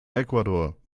ecuador